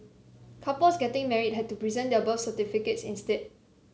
couples getting married had to present their birth certificates instead